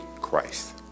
Christ